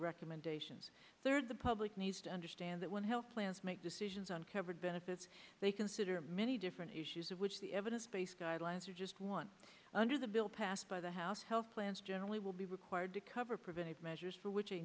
recommendations third the public needs to understand that when health plans make decisions on covered benefits they consider many different issues of which the evidence based guidelines are just one under the bill passed by the house health plans generally will be required to cover preventive measures for which